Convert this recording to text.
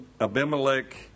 Abimelech